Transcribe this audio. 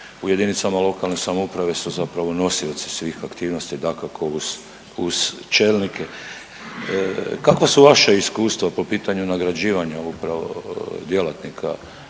jedinicama lokalne samouprave su zapravo nosioci svih aktivnosti dakako uz, uz čelnike. Kakva su vaša iskustva po pitanju nagrađivanja upravo djelatnika